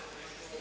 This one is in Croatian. Hvala